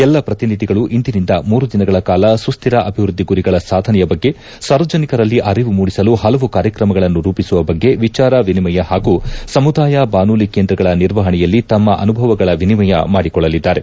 ಎಲ್ಲ ಪ್ರತಿನಿಧಿಗಳು ಇಂದಿನಿಂದ ಮೂರು ದಿನಗಳ ಕಾಲ ಸುಸ್ತಿರ ಅಭಿವೃದ್ದಿ ಗುರಿಗಳ ಸಾಧನೆಯ ಬಗ್ಗೆ ಸಾರ್ವಜನಿಕರಲ್ಲಿ ಅರಿವು ಮೂಡಿಸಲು ಹಲವು ಕಾರ್ಯಕ್ರಮಗಳನ್ನು ರೂಪಿಸುವ ಬಗ್ಗೆ ವಿಚಾರ ವಿನಿಮಯ ಪಾಗೂ ಸಮುದಾಯ ಬಾಸುಲಿ ಕೇಂದ್ರಗಳ ನಿರ್ವಪಣೆಯಲ್ಲಿ ತಮ್ಮ ಅನುಭವಗಳ ವಿನಿಮಯ ಮಾಡಿಕೊಳ್ಟಲಿದ್ದಾರೆ